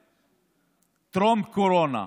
בטרום-קורונה,